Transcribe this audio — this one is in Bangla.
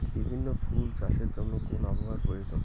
বিভিন্ন ফুল চাষের জন্য কোন আবহাওয়ার প্রয়োজন?